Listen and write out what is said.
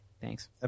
Thanks